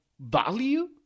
value